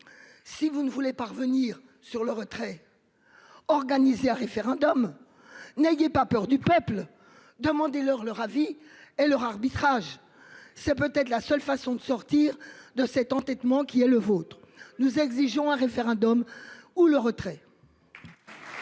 Si vous ne voulez parvenir sur le retrait. Organisé à référendum. N'ayez pas peur du peuple, demandez leur leur avis et leur arbitrage c'est peut être la seule façon de sortir de cet entêtement, qui est le vôtre. Nous exigeons un référendum ou le retrait.